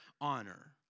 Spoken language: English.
honor